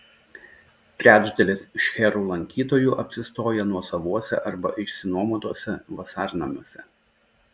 trečdalis šcherų lankytojų apsistoja nuosavuose arba išsinuomotuose vasarnamiuose